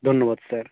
ধন্যবাদ স্যার